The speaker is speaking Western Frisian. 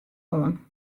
oan